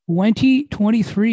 2023